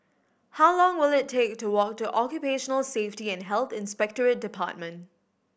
how long will it take to walk to Occupational Safety and Health Inspectorate Department